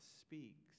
speaks